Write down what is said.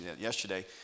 yesterday